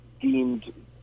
deemed